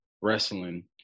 wrestling